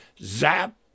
zap